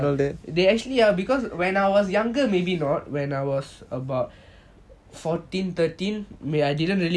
they actually are because when I was younger maybe not when I was about fourteen thirteen wheni didn't really